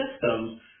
systems